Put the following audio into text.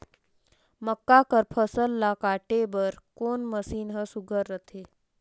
मक्का कर फसल ला काटे बर कोन मशीन ह सुघ्घर रथे?